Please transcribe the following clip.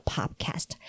Podcast